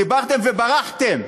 דיברתם וברחתם.